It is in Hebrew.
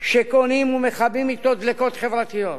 שקונים ומכבים אתו דלקות חברתיות,